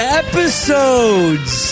episodes